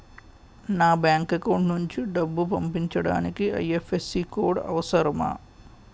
నా bank account నుంచి డబ్బు పంపించడానికి ఐ.ఎఫ్.ఎస్.సి కోడ్ అవసరమా?